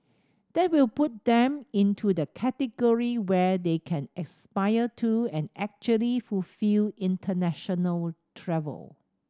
that will put them into the category where they can aspire to and actually fulfil international travel